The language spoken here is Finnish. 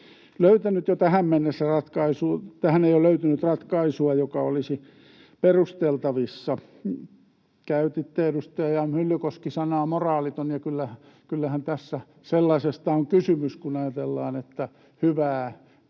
että jo tähän mennessä tähän ei ole löytynyt ratkaisua, joka olisi perusteltavissa. Käytitte, edustaja Myllykoski, sanaa ”moraaliton”, ja kyllähän tässä sellaisesta on kysymys, kun ajatellaan, että hyvää, ihmiselle